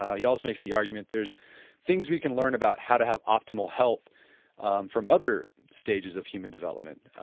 he also makes the arguments there's things we can learn about how to have optimal health from other stages of human development,